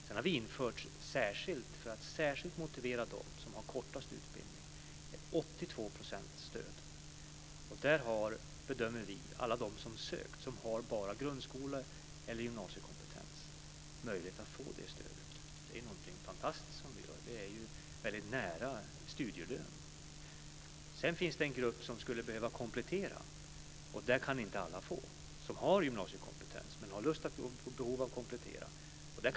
Det har vidare för att särskilt motivera dem som har den kortaste utbildningen införts ett stöd om 82 %. Vi bedömer att alla de som ansökt om detta och som saknar grundskole eller gymnasiekompetens har möjlighet att få det stödet. Det är något fantastiskt som vi här gör. Det ligger nära en studielön. Det finns också en grupp som skulle behöva komplettera sin utbildning, och av dem kan inte alla få det högre stödet. Det gäller sådana som har gymnasiekompetens men som har lust eller behov att komplettera den.